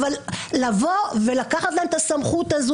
אבל לבוא ולקחת להם את הסמכות שלהם,